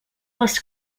les